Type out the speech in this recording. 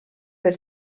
per